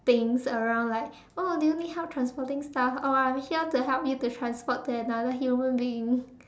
things around like oh do you need help transporting stuff oh I'm here to help you to transport to another human being